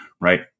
right